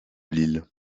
l’île